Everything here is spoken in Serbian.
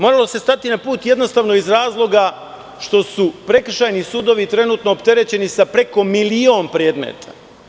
Moralo se stati na put jednostavno iz razloga što su prekršajni sudovi trenutno opterećeni sa preko milion predmeta.